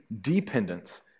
dependence